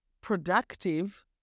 productive